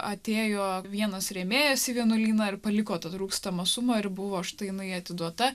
atėjo vienas rėmėjas į vienuolyną ir paliko tą trūkstamą sumą ir buvo štai jinai atiduota